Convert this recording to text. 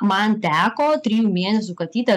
man teko trijų mėnesių katytę